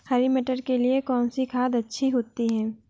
हरी मटर के लिए कौन सी खाद अच्छी होती है?